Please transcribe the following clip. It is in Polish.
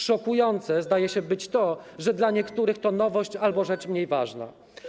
Szokujące zdaje się być to, że dla niektórych to nowość albo rzecz mniej ważna.